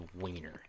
wiener